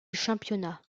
championnat